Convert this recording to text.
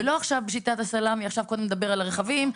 ולא עכשיו בשיטת הסלמי קודם נדבר על הרכבים,